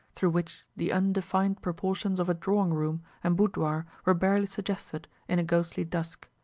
through which the undefined proportions of a drawing-room and boudoir were barely suggested in a ghostly dusk.